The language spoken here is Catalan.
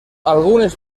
algunes